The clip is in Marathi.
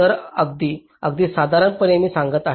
तर अगदी अगदी साधारणपणे मी सांगत आहे